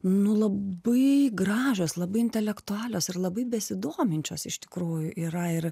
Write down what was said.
nu labai gražios labai intelektualios ir labai besidominčios iš tikrųjų yra ir